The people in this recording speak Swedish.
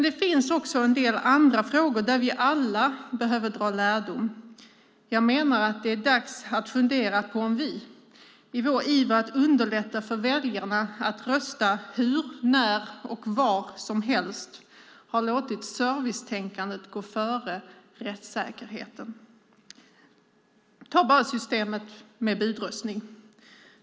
Det finns också en del andra frågor där vi alla behöver dra lärdom. Jag menar att det är dags att fundera på om vi i vår iver att underlätta för väljarna att rösta hur, när och var som helst har låtit servicetänkandet gå före rättssäkerheten. Ta bara systemet med budröstning.